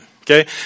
Okay